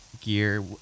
gear